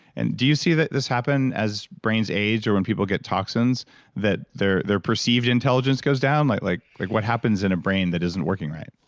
and do you see this happen as brains age or when people get toxins that their their perceived intelligence goes down? like like like what happens in a brain that isn't working right?